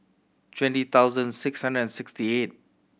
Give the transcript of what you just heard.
twenty thousand six hundred and sixty eight